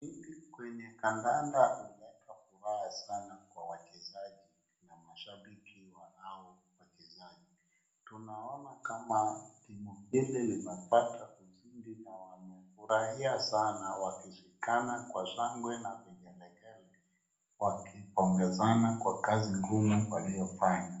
Hili kwenye kandanda huleta furaha sana kwa wachezaji na mashabiki wa hao wachezaji. Tunaona kama timu hili linapata ushindi na wamefurahia sana wakishikana kwa shangwe na vigelegele wakipongezana kwa kazi ngumu waliyofanya.